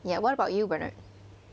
ya what about you bernard